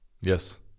Yes